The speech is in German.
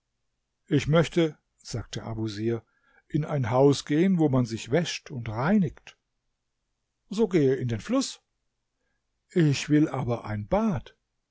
ich möchte sagte abusir in ein haus gehen wo man sich wäscht und reinigt so gehe in den fluß ich will aber in ein bad